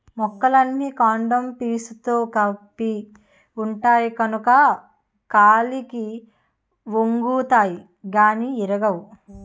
మొక్కలన్నీ కాండము పీసుతో కప్పి ఉంటాయి కనుక గాలికి ఒంగుతాయి గానీ ఇరగవు